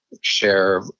share